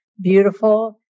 beautiful